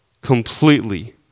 Completely